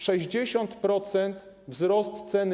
60% - wzrost ceny.